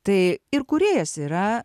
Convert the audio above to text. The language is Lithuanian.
tai ir kūrėjas yra